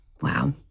Wow